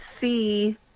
see